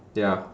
ya